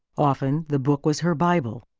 often, the book was her bible.